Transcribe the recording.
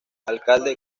alcalde